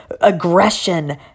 aggression